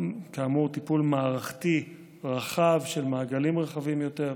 כאמור, טיפול מערכתי רחב של מעגלים רחבים יותר,